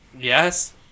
Yes